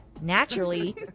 Naturally